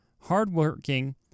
hardworking